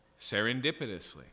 serendipitously